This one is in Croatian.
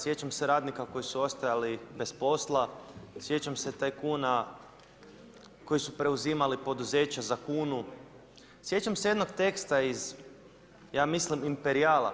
Sjećam se radnika koji su ostajali bez posla, sjećam se tajkuna koji su preuzimali poduzeća za kunu, sjećam se jednog teksta iz, ja mislim Imperijala.